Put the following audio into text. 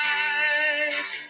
eyes